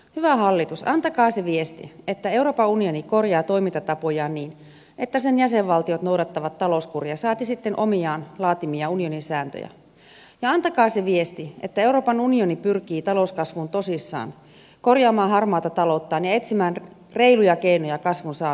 hyvä hallitus antakaa se viesti että euroopan unioni korjaa toimintatapojaan niin että sen jäsenvaltiot noudattavat talouskuria tai edes itse laatimiaan unionin sääntöjä ja antakaa se viesti että euroopan unioni pyrkii talouskasvuun tosissaan korjaamaan harmaata talouttaan ja etsimään reiluja keinoja kasvun saamiseksi